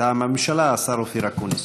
מטעם הממשלה, השר אופיר אקוניס.